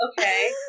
Okay